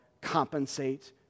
compensate